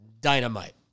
dynamite